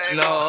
no